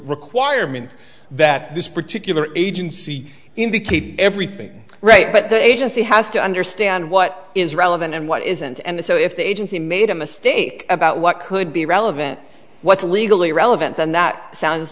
requirement that this particular agency in the keep everything right but the agency has to understand what is relevant and what isn't and so if the agency made a mistake about what could be relevant what's legally relevant then that sounds